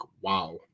wow